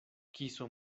kiso